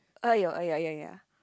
!aiyo! !aiya! ya ya ya